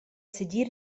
segir